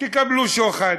תקבלו שוחד,